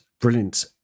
brilliant